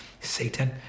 Satan